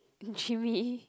Jimmy